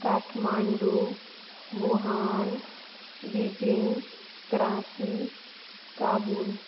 Kathmandu Wuhan Beijing Karachi Kabul